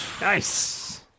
Nice